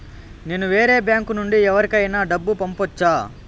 నేను వేరే బ్యాంకు నుండి ఎవరికైనా డబ్బు పంపొచ్చా?